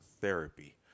Therapy